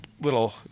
little